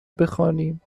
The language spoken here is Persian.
بخوانیم